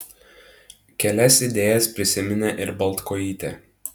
kelias idėjas prisiminė ir baltkojytė